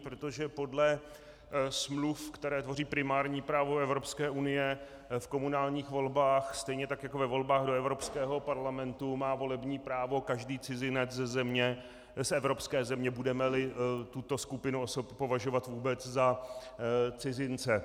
Protože podle smluv, které tvoří primární právo Evropské unie v komunálních volbách, stejně tak jako ve volbách do Evropského parlamentu, má volební právo každý cizinec z evropské země, budemeli tuto skupinu osob považovat vůbec za cizince.